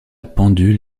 pendule